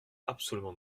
absolument